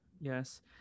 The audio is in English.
yes